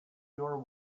your